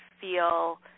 feel